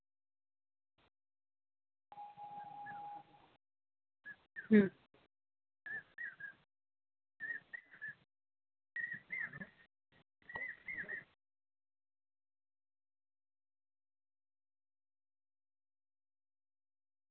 ᱦᱩᱸ